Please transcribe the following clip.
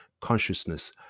Consciousness